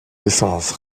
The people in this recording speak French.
essences